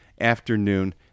afternoon